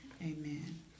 Amen